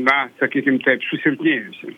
na sakykim susilpnėjusi